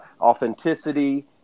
authenticity